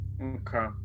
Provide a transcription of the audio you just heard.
Okay